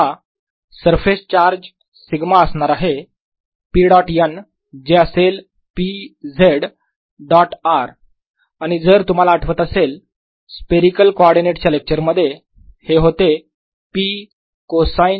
तेव्हा surface charge σअसणार आहे p डॉट n जे असेल p z डॉट r आणि जर तुम्हाला आठवत असेल स्पेरीकल कॉर्डीनेट च्या लेक्चर मध्ये हे होते p कोसाईन ऑफ थिटा